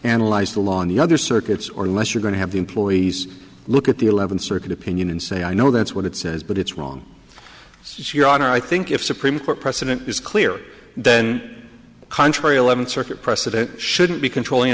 analyze the law on the other circuits or unless you're going to have the employees look at the eleventh circuit opinion and say i know that's what it says but it's wrong since your honor i think if supreme court precedent is clear then contrary eleventh circuit precedent shouldn't be controlling